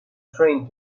train